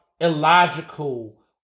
illogical